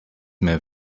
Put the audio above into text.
mehr